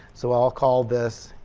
so i'll call this